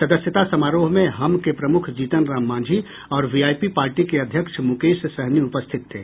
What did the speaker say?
सदस्यता समारोह में हम के प्रमुख जीतनराम मांझी और वीआईपी पार्टी के अध्यक्ष मुकेश सहनी उपस्थित थे